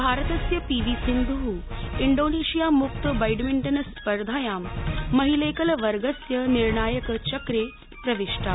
भारतस्य P V Sindhu Indonesia मुक्त badminton स्पर्धायां महिलैकलवर्गस्य निर्णायकचक्रे प्रविष्टा